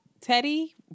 Teddy